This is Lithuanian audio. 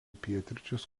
pietryčius